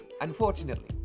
Unfortunately